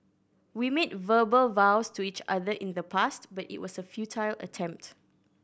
we made verbal vows to each other in the past but it was a futile attempt